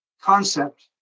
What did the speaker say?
concept